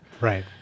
Right